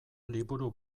liburu